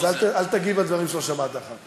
אז אל תגיב על דברים שלא שמעת אחר כך.